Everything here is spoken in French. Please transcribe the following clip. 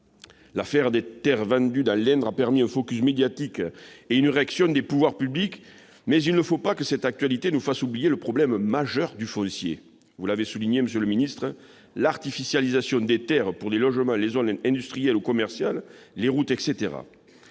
L'affaire des terres vendues dans l'Indre a permis un focus médiatique et une réaction des pouvoirs publics, mais il ne faut pas que cette actualité nous fasse oublier le problème majeur du foncier : l'artificialisation des terres pour des logements, des zones industrielles ou commerciales ou des routes.